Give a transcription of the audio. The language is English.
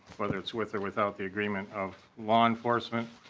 whether it's with or without the agreement of law enforcement.